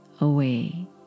away